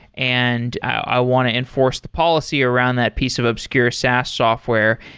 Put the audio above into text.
and i want to enforce the policy around that piece of obscure saas software.